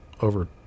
over